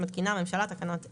מתקינה הממשלה תקנות אלה: